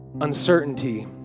uncertainty